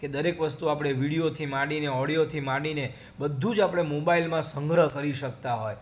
કે દરેક વસ્તુ આપણે વિડીયોથી માંડીને ઓડિયોથી માંડીને બધું જ આપણે મોબાઈલમાં સંગ્રહ કરી શકતા હોય